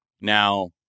Now